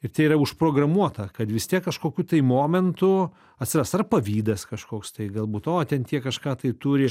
ir tai yra užprogramuota kad vis tiek kažkokiu tai momentu atsiras ar pavydas kažkoks tai galbūt o ten tiek kažką tai turi